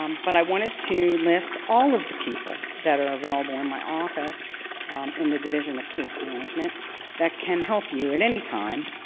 um but i wanted to list all of the people that are available in my office in the division of case management that can help you at any time.